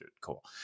Cool